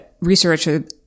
researcher